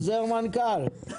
עוזר מנכ"ל.